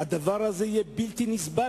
הדבר הזה יהיה בלתי נסבל?